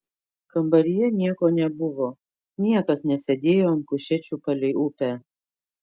kambaryje nieko nebuvo niekas nesėdėjo ant kušečių palei upę